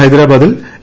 ഹൈദരാബാദിൽ ഇ